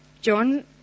John